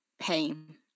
pain